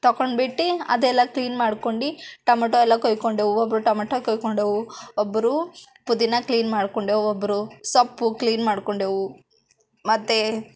ತೊಗೊಂಡ್ಬಿಟ್ಟು ಅದೆಲ್ಲ ಕ್ಲೀನ್ ಮಾಡ್ಕೊಂಡು ಟೊಮೆಟೋ ಎಲ್ಲ ಕೊಯ್ಕೊಂಡೆವು ಒಬ್ಬರು ಟೊಮೆಟೋ ಕೊಯ್ಕೊಂಡೆವು ಒಬ್ಬರು ಪುದೀನಾ ಕ್ಲೀನ್ ಮಾಡ್ಕೊಂಡೆವು ಒಬ್ಬರು ಸೊಪ್ಪು ಕ್ಲೀನ್ ಮಾಡ್ಕೊಂಡೆವು ಮತ್ತೆ